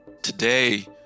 Today